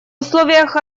условиях